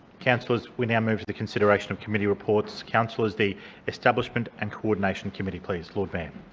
councillors, we now move to the consideration of committee reports. councillors, the establishment and coordination committee, please. lord mayor.